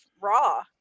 raw